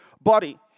body